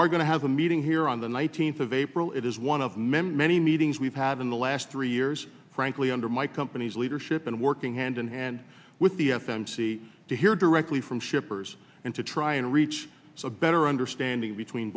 are going to have a meeting here on the nineteenth of april it is one of many many meetings we've had in the last three years frankly under my company's leadership and working hand in hand with the f m c to hear directly from shippers and to try and reach so a better understanding between